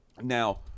Now